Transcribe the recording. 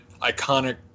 iconic